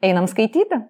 einam skaityti